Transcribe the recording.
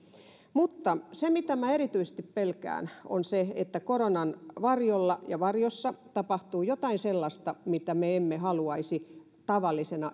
mutta se mitä minä erityisesti pelkään on se että koronan varjolla ja varjossa tapahtuu jotain sellaista mitä me emme haluaisi tavallisesti